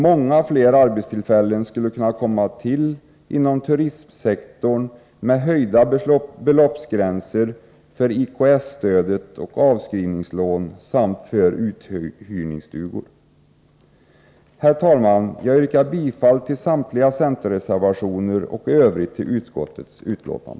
Många flera arbetstillfällen skulle kunna komma till inom turistsektorn genom höjda beloppsgränser för IKS-stöd och avskrivningslån samt för uthyrningsstugor. Jag yrkar bifall till samtliga centerreservationer och i övrigt till utskottets hemställan.